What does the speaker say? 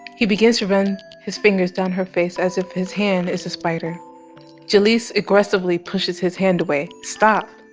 he begins to run his fingers down her face as if his hand is a spider jaleese aggressively pushes his hand away. stop!